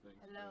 Hello